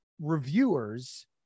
reviewers